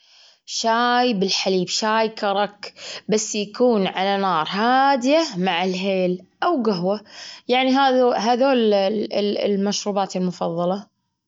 العربية، شوية إنجليزي، وقليل من الألماني. إيه، أنا أحب كذا على كذا.